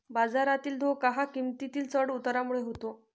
बाजारातील धोका हा किंमतीतील चढ उतारामुळे होतो